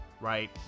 right